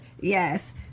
yes